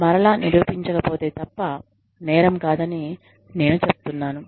మరలా నిరూపించకపోతే తప్ప నేరం కాదని నేను చెప్పాను